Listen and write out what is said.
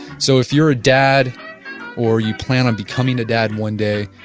so, if you are a dad or you plan on becoming a dad one day,